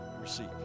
receive